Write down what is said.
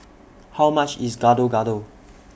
How much IS Gado Gado